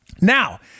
Now